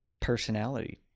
personality